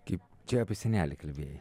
kaip čia apie senelį kalbėjai